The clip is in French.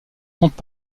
compte